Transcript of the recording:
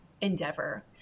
endeavor